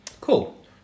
cool